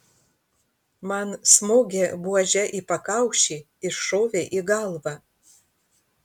man smogė buože į pakaušį iššovė į galvą